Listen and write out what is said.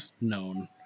known